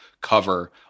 cover